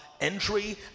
entry